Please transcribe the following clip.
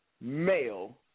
male